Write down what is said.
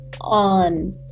on